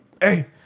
Hey